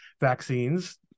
Vaccines